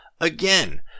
Again